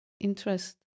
interest